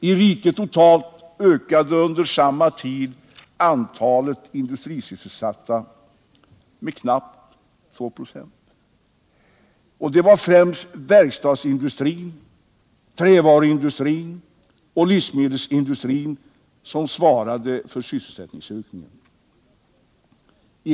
I riket totalt ökade under samma tid antalet industrisysselsatta med knappt 2 26. Det var främst verkstadsindustrin, trävaruindustrin och livsmedelindustrin som svarade för sysselsättningsökningen.